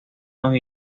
los